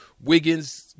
Wiggins